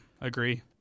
Agree